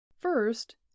First